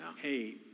hey